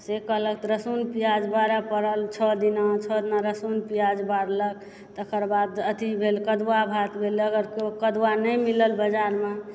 से कहलथि रसून प्याज बाड़े पड़ल छओ दिन छओ दिन रसून प्याज बाड़लक तकर बाद अथि भेल कदुआ भात भेल अगर कदुआ नहि मिलल बजारमे तऽ